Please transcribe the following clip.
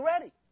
ready